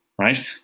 right